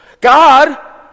God